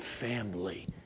family